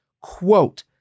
Quote